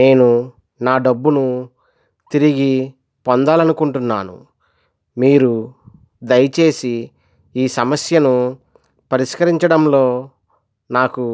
నేను నా డబ్బును తిరిగి పొందాలని అనుకుంటున్నాను మీరు దయచేసి ఈ సమస్యను పరిష్కరించడంలో నాకు